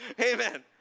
amen